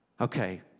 Okay